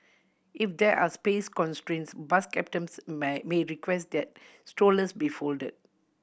if there are space constraints bus captains may request that strollers be folded